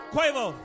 Quavo